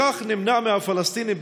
בכך נמנעת מהפלסטינים,